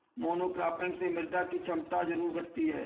monocropping से मृदा की क्षमता जरूर घटती है